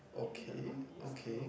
okay okay